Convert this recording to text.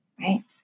right